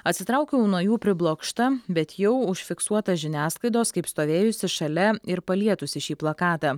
atsitraukiau nuo jų priblokšta bet jau užfiksuota žiniasklaidos kaip stovėjusi šalia ir palietusi šį plakatą